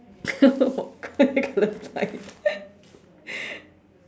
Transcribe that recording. colour blind